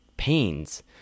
pains